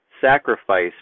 sacrifice